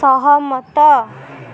ସହମତ